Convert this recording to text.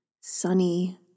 sunny